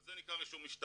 אבל זה נקרא רישום משטרתי,